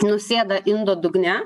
nusėda indo dugne